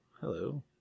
hello